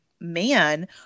man